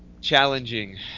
challenging